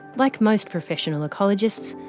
like most professional ecologists,